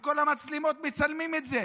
כל המצלמות מצלמות את זה.